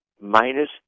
minus